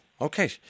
Okay